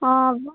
অঁ